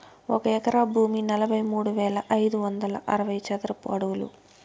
ఒక ఎకరా భూమి నలభై మూడు వేల ఐదు వందల అరవై చదరపు అడుగులు